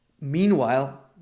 Meanwhile